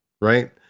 right